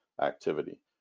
activity